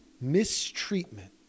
mistreatment